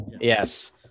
Yes